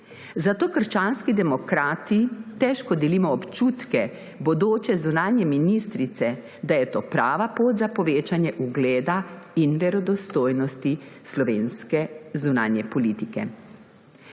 Zato Krščanski demokrati težko delimo občutke bodoče zunanje ministrice, da je to prava pot za povečanje ugleda in verodostojnosti slovenske zunanje politike.